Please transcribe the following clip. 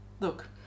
Look